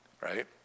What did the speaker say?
right